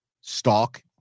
stalk